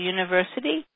University